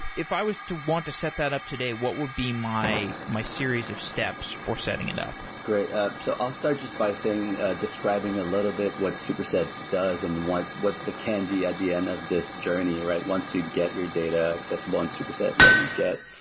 if i was to want to set that up today, what would be my my series of steps for setting it up? great. so i'll start just by saying describing a little bit what superset does and what's the candy at the end of this journey, right, once you get your data accessible and superset what you get.